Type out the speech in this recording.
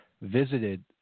visited